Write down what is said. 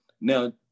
now